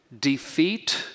defeat